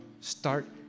Start